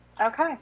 Okay